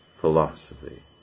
philosophy